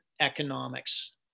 economics